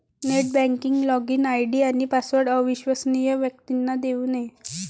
net banking login ID आणि password अविश्वसनीय व्यक्तींना देऊ नये